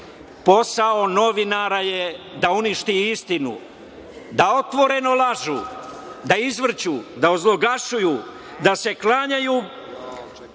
posao novinara je da uništi istinu, da otvoreno lažu, da izvrću, da ozloglašuju, da se klanjaju